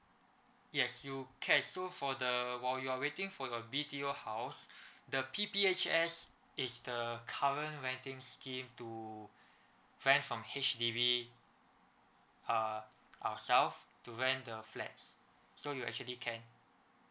yes you can so for the while you are waiting for your B_T_O house the P_P_H_S is the current renting scheme to rent from H_D_B uh ourselves to rent the flats so you actually can